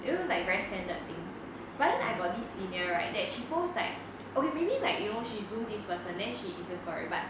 you know like very standard things but then I got this senior right that she post like okay maybe like you know she zoom this person then she insta story but